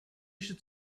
should